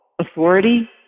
authority